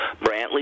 Brantley